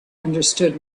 understood